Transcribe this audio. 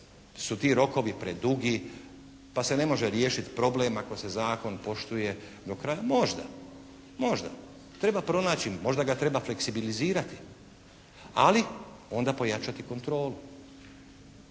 su ti rokovi predugi pa se ne može riješiti problem ako se zakon poštuje do kraja. Možda. Možda. Treba pronaći, možda ga treba fleksibilizirati. Ali onda pojačati kontrolu.